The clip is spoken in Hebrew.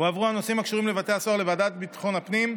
הועברו הנושאים הקשורים לבתי הסוהר לוועדת ביטחון הפנים,